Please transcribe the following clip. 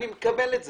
אני מקבל את זה.